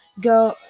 go